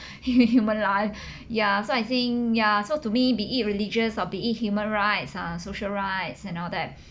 human life ya so I think ya so to me be it religious or be it human rights ah social rights and all that